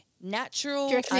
natural